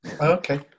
Okay